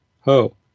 ho